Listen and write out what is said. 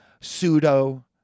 pseudo